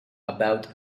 about